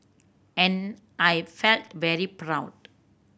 and I felt very proud